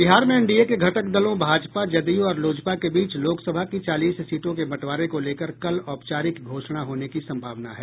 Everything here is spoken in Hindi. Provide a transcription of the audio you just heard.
बिहार में एनडीए के घटक दलों भाजपा जदयू और लोजपा के बीच लोकसभा की चालीस सीटों के बंटवारे को लेकर कल औपचारिक घोषणा होने की सम्भावना है